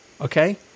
okay